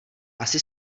asi